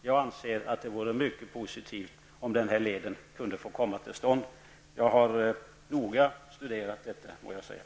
Jag anser att det vore mycket positivt om denna led kunde komma till stånd. Jag har noga studerat saken.